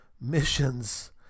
missions